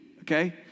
okay